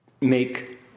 make